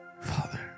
Father